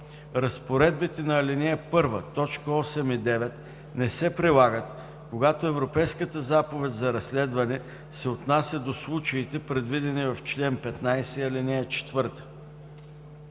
Разпоредбите на ал. 1, т. 8 и 9 не се прилагат, когато Европейската заповед за разследване се отнася до случаите, предвидени в чл. 15, ал. 4.